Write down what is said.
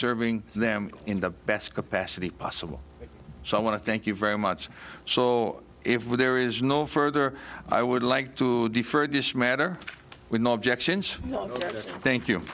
serving them in the best capacity possible so i want to thank you very much so if there is no further i would like to defer this matter with no objections thank you